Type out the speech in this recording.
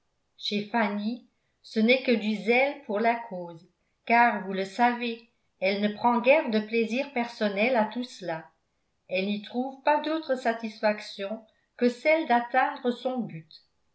chez fanny ce n'est que du zèle pour la cause car vous le savez elle ne prend guère de plaisir personnel à tout cela elle n'y trouve pas d'autre satisfaction que celle d'atteindre son but